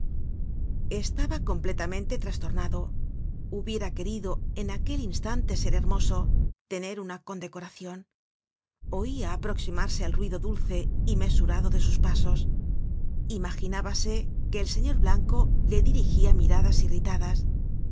estaba completamente trastornado hubiera querido en aquel instante ser hermoso tener una condecoracion oia aproximarse el ruido dulce y mesurado de sus pasos imaginábase que el señor blanco le di rigia miradas irritadas irá